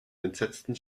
entsetzten